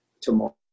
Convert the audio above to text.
tomorrow